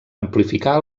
amplificar